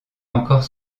encore